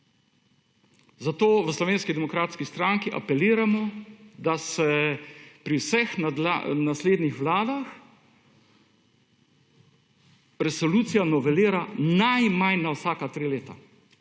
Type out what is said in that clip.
zato v Slovenski demokratski stranki apeliramo, da se pri vseh naslednjih Vladah resolucija novelira najmanj na vsaka tri leta